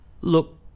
Look